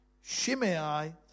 Shimei